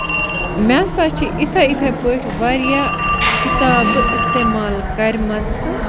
مےٚ سا چھُ یِتھے یِتھے پٲٹھۍ واریاہ کِتابہٕ اِستعمال کَرمَژٕ